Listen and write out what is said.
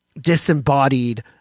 disembodied